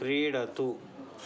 क्रीडतु